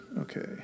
Okay